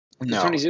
no